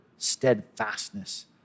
steadfastness